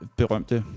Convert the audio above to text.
berømte